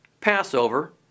Passover